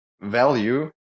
value